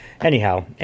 anyhow